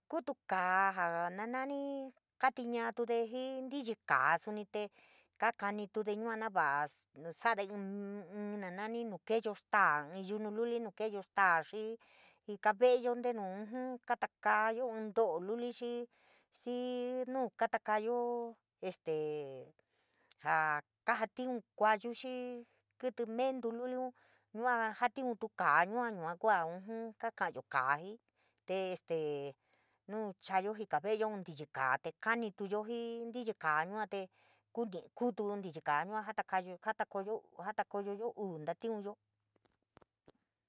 Kutu kaa jaa na nani kaa tiñaatude jii nitiyii káá suni te kanitude yua nava nasade in inn na nani nu keeyo staa inn yunu luli keeyo staa, xii jika ve’eyo ntenu ujun kata kaayo in to’o luli xii xii nuu kata katakayo este jaa kaajatiun kaa yua kua kuu ujun kakayo kaa jii, te este nuu chayo jika ve’eyo in tíllí kaa te kanituyo jin ntillika te kuu kutu inn tilli kaa jatakáá jatakayo uu ntatiunyo.